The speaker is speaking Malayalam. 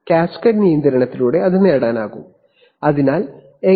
കാസ്കേഡ് നിയന്ത്രണത്തിലൂടെ അത് നേടാനാകും അതിനാൽ എങ്ങനെ